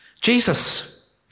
Jesus